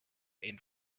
end